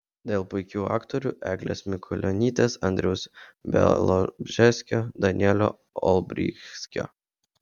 dėl puikių aktorių eglės mikulionytės andriaus bialobžeskio danielio olbrychskio